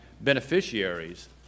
beneficiaries